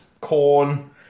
corn